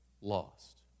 lost